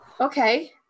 Okay